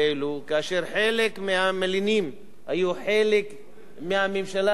חלק מהמלינים היו חלק מהממשלה הקודמת,